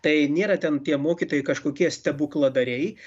tai nėra ten tie mokytojai kažkokie stebukladariai